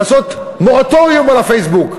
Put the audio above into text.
לעשות מורטוריום על הפייסבוק.